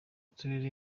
gutera